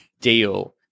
Deal